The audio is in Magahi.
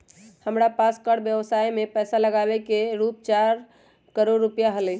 हमरा पास कर व्ययवसाय में पैसा लागावे के रूप चार करोड़ रुपिया हलय